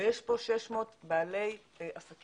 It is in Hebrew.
ויש פה 600 בעלי עסקים